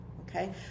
Okay